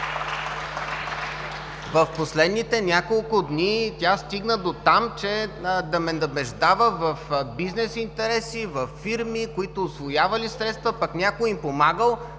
в последните няколко дни тя стигна до там, че да ме набеждава в бизнес интереси, във фирми, които усвоявали средства, пък някой им помагал,